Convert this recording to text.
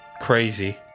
crazy